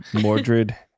Mordred